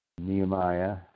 Nehemiah